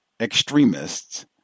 extremists